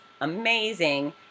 amazing